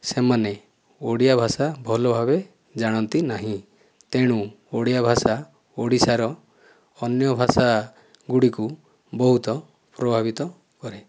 ସେମାନେ ଓଡ଼ିଆଭାଷା ଭଲଭାବେ ଜାଣନ୍ତି ନାହିଁ ତେଣୁ ଓଡ଼ିଆ ଭାଷା ଓଡ଼ିଶାର ଅନ୍ୟ ଭାଷା ଗୁଡିକୁ ବହୁତ ପ୍ରଭାବିତ କରେ